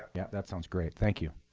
yeah, that sounds great. thank you.